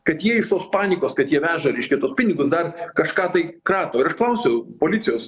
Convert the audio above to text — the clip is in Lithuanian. kad jie iš tos panikos kad jie veža reiškia tuos pinigus dar kažką tai krato ir aš klausiau policijos